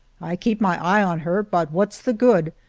i keep my eye on her, but what's the good,